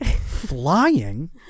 flying